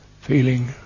feeling